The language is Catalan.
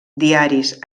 diaris